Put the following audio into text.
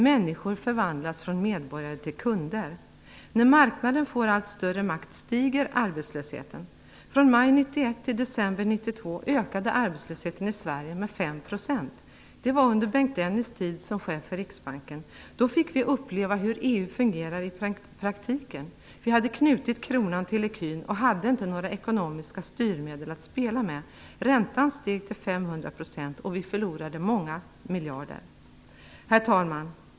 Människor förvandlas från medborgare till kunder. När marknaden får allt större makt stiger arbetslösheten. Från maj 1991 till december 1992 ökade arbetslösheten i Sverige med 5 %. Det var under Bengt Dennis tid som chef för Riksbanken. Då fick vi uppleva hur EU fungerar i praktiken. Vi hade knutit kronan till ecun och hade inte några ekonomiska styrmedel att spela med. Räntan steg till 500 % och vi förlorade många miljarder. Herr talman!